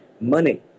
money